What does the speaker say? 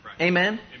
Amen